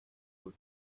was